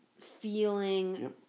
feeling